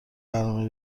برنامه